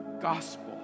gospel